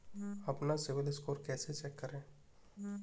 अपना सिबिल स्कोर कैसे चेक करें?